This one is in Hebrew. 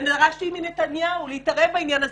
ודרשתי מנתניהו להתערב בנושא הזה.